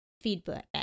Feedback